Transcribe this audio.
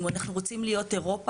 אם אנחנו רוצים להיות אירופה,